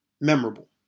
memorable